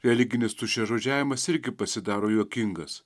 religinis tuščiažodžiavimas irgi pasidaro juokingas